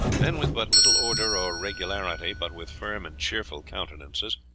then, with but little order or regularity, but with firm and cheerful countenances,